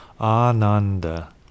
ananda